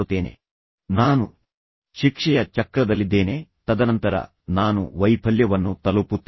ಆದ್ದರಿಂದ ನಾನು ಹೆಚ್ಚು ಕೆಲಸ ಮಾಡಲು ಸಾಧ್ಯವಿಲ್ಲ ಎಂದು ನಾನು ಭಾವಿಸುತ್ತೇನೆ ಮತ್ತು ನಾನು ಶಿಕ್ಷೆಯ ಚಕ್ರದಲ್ಲಿದ್ದೇನೆ ತದನಂತರ ನಾನು ವೈಫಲ್ಯವನ್ನು ತಲುಪುತ್ತೇನೆ